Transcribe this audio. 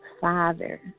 Father